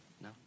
No